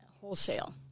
wholesale